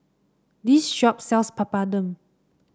this shop sells Papadum